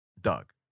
Doug